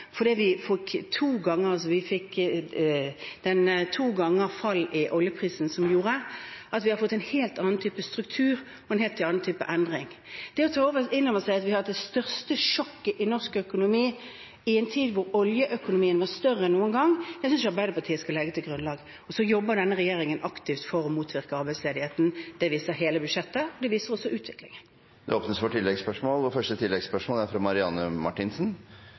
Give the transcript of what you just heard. fordi vi to ganger fikk fall i oljeprisen, har vi fått en helt annen type struktur og en helt annen type endring. Å ta inn over seg at vi har hatt det største sjokket i norsk økonomi i en tid der oljeøkonomien var større enn noen gang, synes jeg Arbeiderpartiet skal legge til grunn. Denne regjeringen jobber aktivt for å motvirke arbeidsledigheten. Det viser hele budsjettet, og det viser også utviklingen. Det blir gitt anledning til oppfølgingsspørsmål – først Marianne Marthinsen.